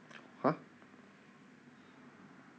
!huh!